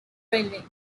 railway